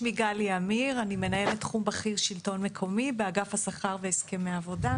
אני מנהלת תחום בכיר שלטון מקומי באגף השכר והסכמי העבודה,